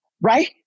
right